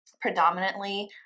Predominantly